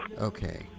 Okay